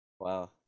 wow